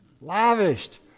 lavished